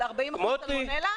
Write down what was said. על 40% סלמונלה?